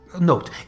Note